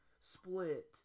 Split